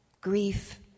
grief